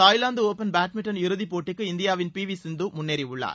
Thailand open badminton இறுதிப்போட்டிக்கு இந்தியாவின் P V Sindhu முன்னேறியுள்ளார்